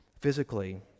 physically